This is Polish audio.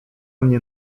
mnie